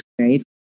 right